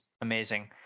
amazing